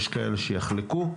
יש כאלו שיחלקו.